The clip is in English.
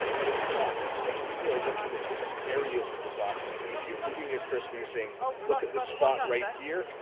but it's not because people are looking at different areas of the document, and if you're moving your cursor, and you're saying look at this spot right here,